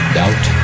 doubt